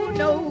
no